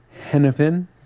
Hennepin